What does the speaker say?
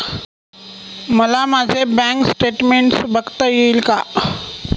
मला माझे bank statement बघता येईल का?